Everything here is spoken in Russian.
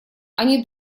они